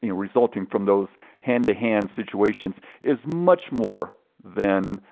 you know resulting from those hand-to-hand situations is much more than,